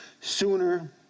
sooner